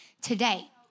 today